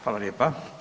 Hvala lijepa.